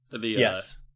Yes